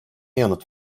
yanıt